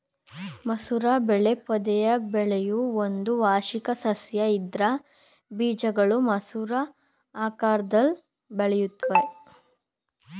ಮಸೂರ ಬೆಳೆ ಪೊದೆಯಾಗ್ ಬೆಳೆಯೋ ಒಂದು ವಾರ್ಷಿಕ ಸಸ್ಯ ಇದ್ರ ಬೀಜಗಳು ಮಸೂರ ಆಕಾರ್ದಲ್ಲಿ ಬೆಳೆಯುತ್ವೆ